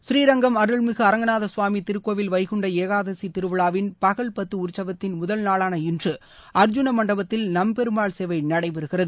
ஸ்ரீரங்கம் அருள்மிகு அரங்கநாத சுவாமி திருக்கோவில் வைகுண்ட ஏகாதசி திருவிழாவின் பகல் பத்து உற்சவத்தின் முதல் நாளான இன்று அர்ஜூன மண்டபத்தில் நம்பெருமாள் சேவை நடைபெறுகிறது